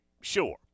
sure